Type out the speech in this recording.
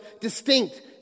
distinct